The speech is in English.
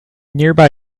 nearby